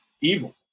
evil